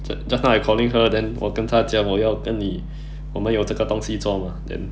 just just now I calling her then 我跟她讲我要跟你我们有这个东西做 mah then